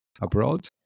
abroad